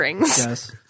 Yes